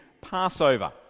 Passover